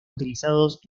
utilizados